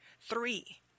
three